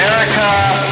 America